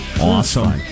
Awesome